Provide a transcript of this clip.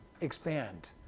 expand